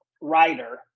writer